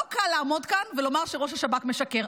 לא קל לעמוד כאן ולומר שראש השב"כ משקר,